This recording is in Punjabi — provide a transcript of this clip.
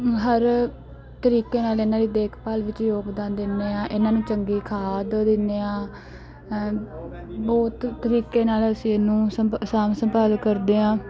ਹਰ ਤਰੀਕੇ ਨਾਲ ਇਹਨਾਂ ਦੀ ਦੇਖਭਾਲ ਵਿੱਚ ਯੋਗਦਾਨ ਦਿੰਦੇ ਹਾਂ ਇਹਨਾਂ ਨੂੰ ਚੰਗੀ ਖਾਦ ਦਿੰਦੇ ਹਾਂ ਹੈਂ ਬਹੁਤ ਤਰੀਕੇ ਨਾਲ ਅਸੀਂ ਇਹਨੂੰ ਸੰਭ ਸਾਂਭ ਸੰਭਾਲ ਕਰਦੇ ਹਾਂ